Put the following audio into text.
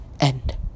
end